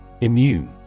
Immune